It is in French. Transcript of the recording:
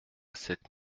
sept